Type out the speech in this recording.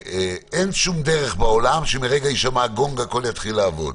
אין שום דרך בעולם שמרגע הישמע הגונג הכול יתחיל לעבוד.